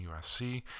USC